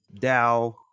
DAO